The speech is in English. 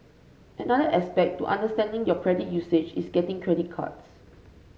another aspect to understanding your credit usage is getting credit cards